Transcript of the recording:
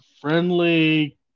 friendly